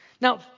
Now